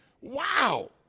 wow